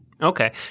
Okay